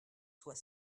soit